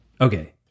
Okay